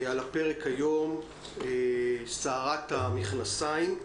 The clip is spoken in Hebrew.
על הפרק היום סערת המכנסיים.